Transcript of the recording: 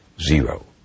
zero